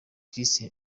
christ